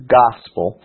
gospel